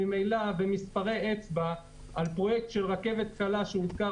ממילא במספרי אצבע על פרויקט של רכבת קלה שהוזכר